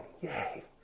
Yay